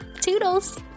Toodles